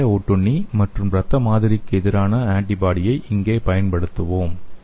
malaria ஒட்டுண்ணி மற்றும் இரத்த மாதிரிக்கு எதிரான ஆன்டிபாடியை இங்கே பயன்படுத்துவோம்